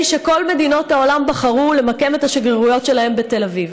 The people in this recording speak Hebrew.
כל מדינות העולם בחרו למקם את השגרירויות שלהן בתל אביב.